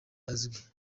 azwi